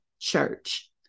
church